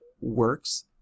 works